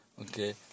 Okay